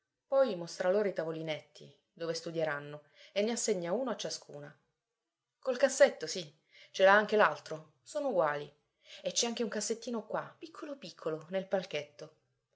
poi mostra loro i tavolinetti dove studieranno e ne assegna uno a ciascuna col cassetto sì ce l'ha anche l'altro sono uguali e c'è anche un cassettino qua piccolo piccolo nel palchetto